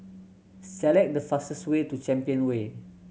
select the fastest way to Champion Way